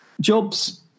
jobs